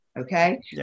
Okay